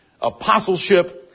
apostleship